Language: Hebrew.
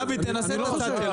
דוד, תנסה את הצד שלנו.